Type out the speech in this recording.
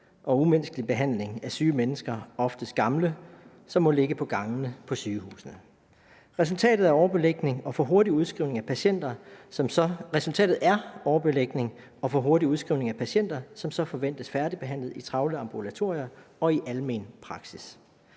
og umenneskelig behandling af syge mennesker – oftest gamle, som må ligge på gangene på sygehusene. Resultatet er overbelægning og for hurtig udskrivning af patienter, som så forventes færdigbehandlet i travle ambulatorier og i almen praksis,